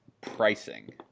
Pricing